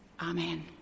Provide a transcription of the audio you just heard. Amen